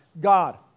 God